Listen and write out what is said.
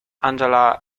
angela